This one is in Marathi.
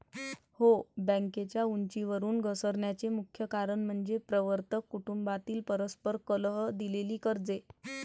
हो, बँकेच्या उंचीवरून घसरण्याचे मुख्य कारण म्हणजे प्रवर्तक कुटुंबातील परस्पर कलह, दिलेली कर्जे